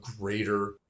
greater